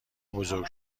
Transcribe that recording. بزرگ